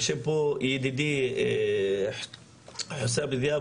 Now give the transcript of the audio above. יושב פה ידידי חוסאם דיאב,